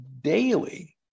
daily